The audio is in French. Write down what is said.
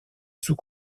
sous